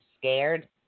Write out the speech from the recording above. scared